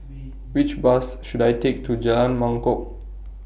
Which Bus should I Take to Jalan Mangkok